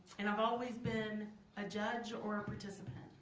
and i've always been a judge or a participant.